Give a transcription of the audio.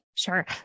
Sure